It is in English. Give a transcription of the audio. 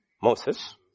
Moses